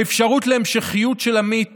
האפשרות להמשכיות של עמית